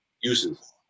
uses